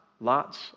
Lots